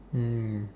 mm